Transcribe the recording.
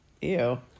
Ew